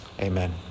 Amen